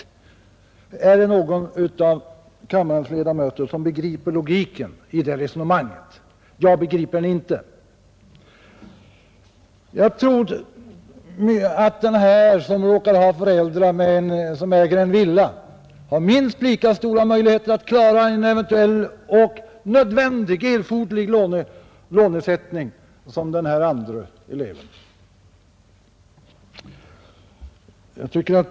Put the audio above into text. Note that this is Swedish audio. Är det någon av kammarens ledamöter som begriper logiken i det resonemanget? Jag begriper den inte. En elev vars föräldrar äger en villa har väl minst lika stora möjligheter att klara en eventuell och nödvändig skuldsättning som den elev vars föräldrar ingenting äger.